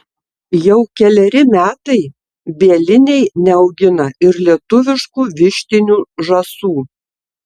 jau keleri metai bieliniai neaugina ir lietuviškų vištinių žąsų